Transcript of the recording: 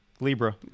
Libra